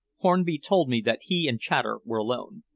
hornby told me that he and chater were alone.